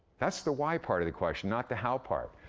that's the why part of the question, not the how part.